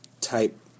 type